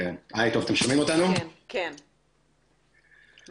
באמת לכל חברי